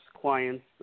clients